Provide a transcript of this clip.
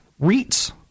REITs